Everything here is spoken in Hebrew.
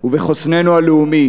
ובחוסננו הלאומי